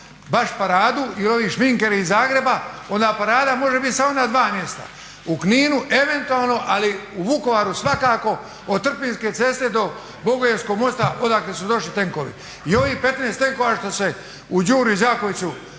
baš paradu i ovi šminkeri iz Zagreba onda parada može biti samo na dva mjesta u Kninu eventualno, ali u Vukovaru svakako od Trpinjske ceste do Bogojevskog mosta odakle su došli tenkovi. I ovih 15 tenkova što se u Đuri Đakoviću